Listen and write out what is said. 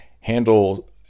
handle